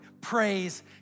Praise